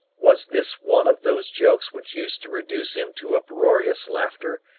was this one of those jokes which used to reduce him to uproarious laughter,